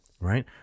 right